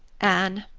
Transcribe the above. anne,